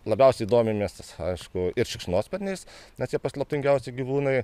labiausiai domimės aišku ir šikšnosparniais nes jie paslaptingiausi gyvūnai